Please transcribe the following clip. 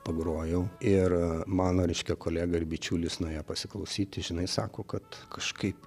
pagrojau ir mano reiškia kolega ir bičiulis nuėjo pasiklausyti žinai sako kad kažkaip